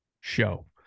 Show